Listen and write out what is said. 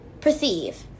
perceive